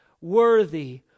worthy